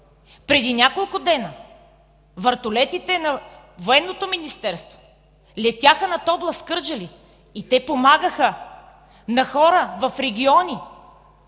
Преди няколко дни вертолетите на Военното министерство летяха над област Кърджали и помагаха на хора в региони,